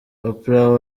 oprah